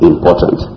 Important